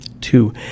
two